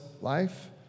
life